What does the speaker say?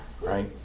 right